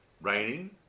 raining